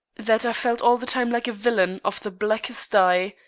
that i felt all the time like a villain of the blackest dye,